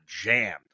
jammed